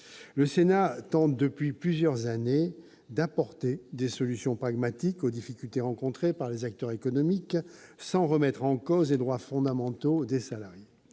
Le Sénat tente depuis plusieurs années d'apporter des solutions pragmatiques aux difficultés rencontrées par les acteurs économiques sans remettre en cause les droits fondamentaux des salariés.